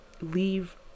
leave